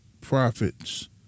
Profits